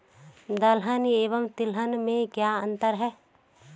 दलहन एवं तिलहन में क्या अंतर है?